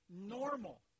normal